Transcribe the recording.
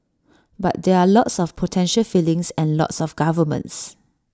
but there are lots of potential feelings and lots of governments